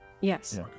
Yes